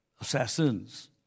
assassins